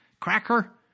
cracker